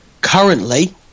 currently